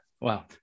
Wow